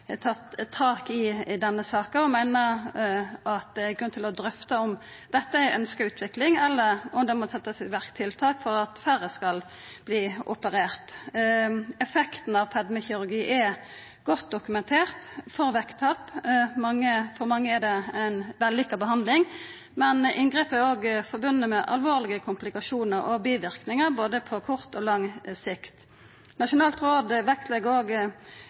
tatt tak i denne saka, men det er grunn til å drøfta om dette er ei ønskt utvikling, eller om det må setjast i verk tiltak for at færre skal verta opererte. Effekten av fedmekirurgi er godt dokumentert for vekttap. For mange er det ei vellykka behandling, men inngrepet kan òg ha alvorlege komplikasjonar og biverknader, både på kort og på lang sikt. Nasjonalt råd vektlegg òg betre folkehelse for å motverka fedme, og